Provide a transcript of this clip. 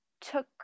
took